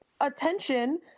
attention